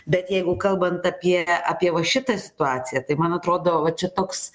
bet jeigu kalbant apie apie va šitą situaciją tai man atrodo va čia toks